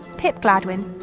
pip gladwin,